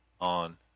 on